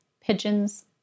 pigeons